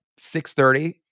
6.30